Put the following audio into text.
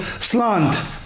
slant